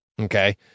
Okay